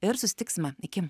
ir susitiksime iki